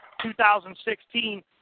2016